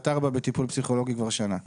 בת ארבע נמצאת בטיפול פסיכולוגי כבר שנה.